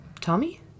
Tommy